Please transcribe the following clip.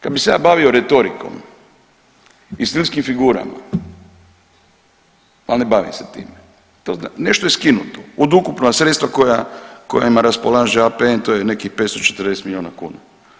Kad bih se ja bavio retorikom i stilskim figurama, ali ne bavim se time, nešto je skinuto od ukupna sredstva kojima raspolaže APN to je nekih 540 milijuna kuna.